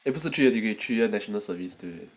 eh 不是 three year degree three year national service